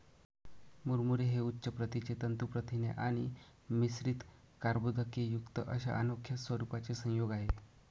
मुरमुरे हे उच्च प्रतीचे तंतू प्रथिने आणि मिश्रित कर्बोदकेयुक्त अशा अनोख्या स्वरूपाचे संयोग आहे